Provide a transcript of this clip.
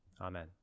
Amen